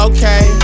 Okay